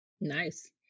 Nice